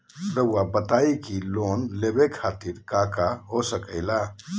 रउआ बताई की लोन लेवे खातिर काका हो सके ला?